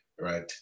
right